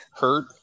hurt